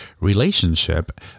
relationship